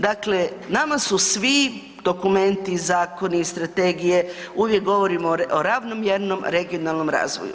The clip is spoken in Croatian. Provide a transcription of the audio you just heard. Dakle, nama su svi dokumenti, zakoni, strategije, uvijek govorimo o ravnomjernom regionalnom razvoju.